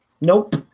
Nope